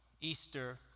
Easter